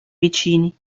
vicini